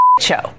show